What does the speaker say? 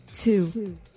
Two